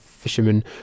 Fisherman